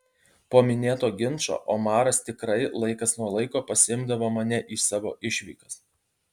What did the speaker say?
po minėto ginčo omaras tikrai laikas nuo laiko pasiimdavo mane į savo išvykas